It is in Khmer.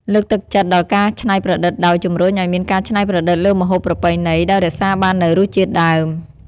លើកទឹកចិត្តដល់ការច្នៃប្រឌិតដោយ ជំរុញឱ្យមានការច្នៃប្រឌិតលើម្ហូបប្រពៃណី ដោយរក្សាបាននូវរសជាតិដើម។